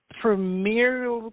premier